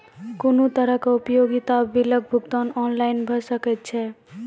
कुनू तरहक उपयोगिता बिलक भुगतान ऑनलाइन भऽ सकैत छै?